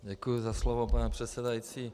Děkuji za slovo, pane předsedající.